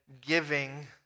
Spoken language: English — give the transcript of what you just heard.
giving